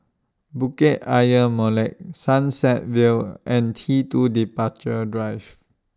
Bukit Ayer Molek Sunset Vale and T two Departure Drive